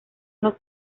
los